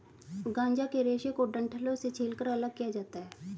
गांजा के रेशे को डंठलों से छीलकर अलग किया जाता है